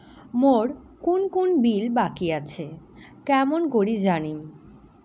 মোর কুন কুন বিল বাকি আসে কেমন করি জানিম?